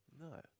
No